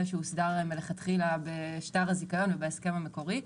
שהוסדר לכתחילה בשטר הזיכיון ובהסכם המקורי.